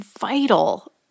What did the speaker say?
vital